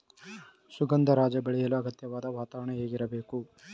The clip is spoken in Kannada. ಸುಗಂಧರಾಜ ಬೆಳೆಯಲು ಅಗತ್ಯವಾದ ವಾತಾವರಣ ಹೇಗಿರಬೇಕು?